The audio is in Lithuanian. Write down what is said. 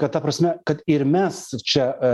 kad ta prasme kad ir mes čia